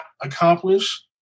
accomplish